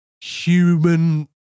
human